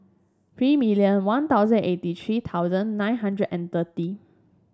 three million One Thousand eighty three thousand nine hundred and thirty